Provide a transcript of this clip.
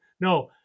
no